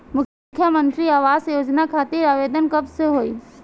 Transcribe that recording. मुख्यमंत्री आवास योजना खातिर आवेदन कब से होई?